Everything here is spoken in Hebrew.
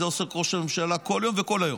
בזה עוסק ראש הממשלה כל יום וכל היום.